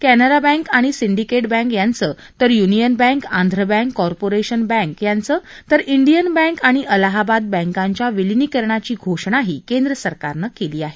कमरा बँक आणि Syndicate Bank यांचं तर Union Bank Andhra Bank Corporation Bank तर इंडियन बँकआणि अलाहाबाद बँकांच्या विलीनीकरणाची घोषणाही केंद्र सरकारनं केली आहे